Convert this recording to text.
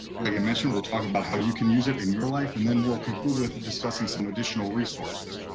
like i mentioned, we'll talk about how you can use it in your life, and then we'll conclude with discussing some additional resources.